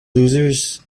losers